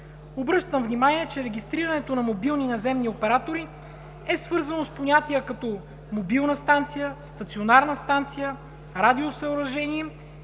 Обръщам внимание, че регистрирането на мобилни наземни оператори е свързано с понятия като: „мобилна станция“, „стационарна станция“, „радиосъоръжение“,